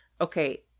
okay